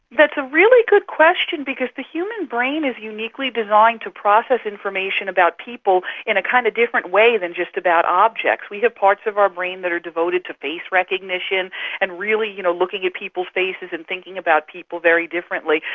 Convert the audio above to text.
that's a really good question because the human brain is uniquely designed to process information about people in a kind of different way than just about objects. we have parts of our brain that are devoted to face recognition and really you know looking at people's faces and thinking about people very differently.